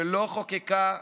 שלא חוקקה,